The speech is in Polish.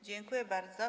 Dziękuję bardzo.